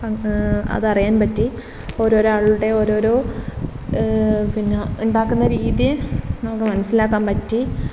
അന്ന് അതറിയാൻ പറ്റി ഓരോ ഒരാളുടെ ഓരോരോ പിന്നെ ഉണ്ടാക്കുന്ന രീതി നമുക്ക് മനസ്സിലാക്കാൻ പറ്റി